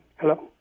Hello